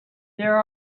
there